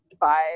bye